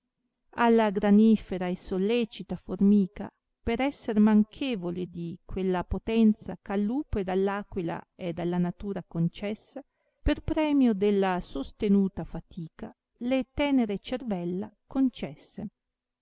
alla granifera e sollecita formica per esser manchevole di quella potenza eh al lupo ed all aquila è dalla natura concessa per premio della sostenuta fatica le tenere cervella concesse